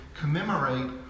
commemorate